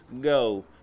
go